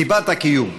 סיבת הקיום: